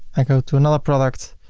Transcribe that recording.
i go to another product